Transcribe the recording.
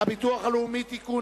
הביטוח הלאומי (תיקון,